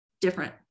different